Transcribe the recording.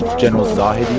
general zahedi,